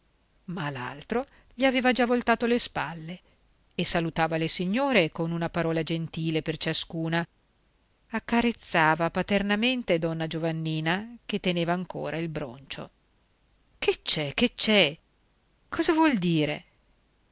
ma l'altro gli aveva già voltato le spalle salutava le signore con una parola gentile per ciascuna accarezzava paternamente donna giovannina che teneva ancora il broncio che c'è che c'è cosa vuol dire